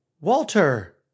Walter